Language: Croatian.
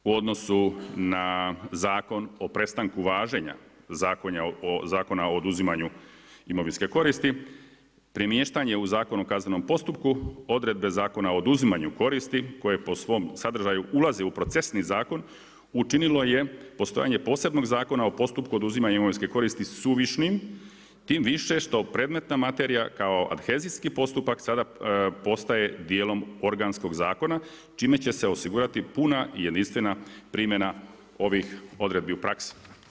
U odnosu na Zakon o prestanku važenja Zakona o oduzimanju imovinske koristi premještanje u Zakon o kaznenom postupku odredbe Zakona o oduzimanju koristi koje po svom sadržaju ulaze u procesni zakon učinilo je postojanje posebnog Zakona o postupku oduzimanja imovinske koristi suvišnim tim više što predmetna materija kao adhezijski postupak sada postaje dijelom organskog zakona čime će se osigurati puna jedinstvena primjena ovih odredbi u praksi.